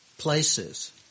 Places